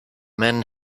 men